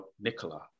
Nicola